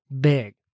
big